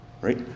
right